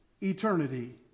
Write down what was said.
eternity